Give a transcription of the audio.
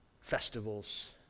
Festivals